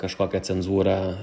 kažkokią cenzūrą